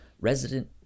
resident